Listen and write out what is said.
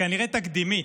כנראה תקדימית,